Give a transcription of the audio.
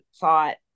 thought